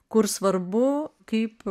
kur svarbu kaip